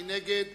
מי נגד?